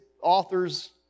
authors